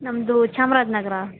ನಮ್ದು ಚಾಮ್ರಾಜನಗರ